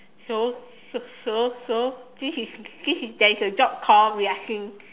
so so so so this is this is there is a job called relaxing